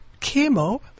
chemo